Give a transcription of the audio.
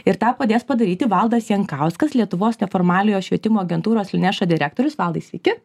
ir tą padės padaryti valdas jankauskas lietuvos neformaliojo švietimo agentūros lineša direktorius valdai sveiki